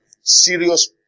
serious